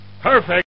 Perfect